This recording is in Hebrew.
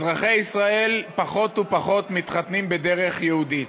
אזרחי ישראל פחות ופחות מתחתנים בדרך יהודית.